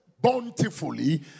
bountifully